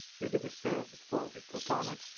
we do the same as before we click on it,